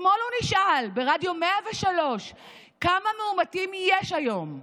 אתמול הוא נשאל ברדיו 103 כמה מאומתים יש היום.